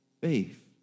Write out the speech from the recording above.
Faith